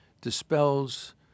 dispels